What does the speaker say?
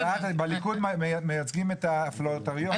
בליכוד מייצגים את הפרולטריון, לא?